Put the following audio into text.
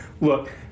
Look